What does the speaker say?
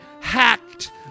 hacked